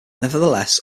nevertheless